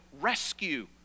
rescue